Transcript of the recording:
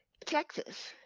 Texas